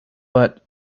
but